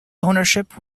ownership